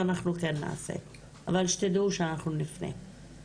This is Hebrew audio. ואנחנו כן נעשה את זה, שתדעו שאנחנו נפנה.